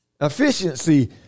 efficiency